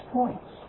points